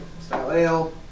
style